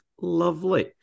lovely